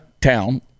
town